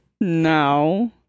No